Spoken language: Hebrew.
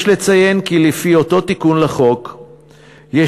יש לציין כי לפי אותו תיקון לחוק יש